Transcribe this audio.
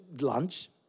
lunch